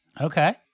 Okay